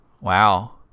Wow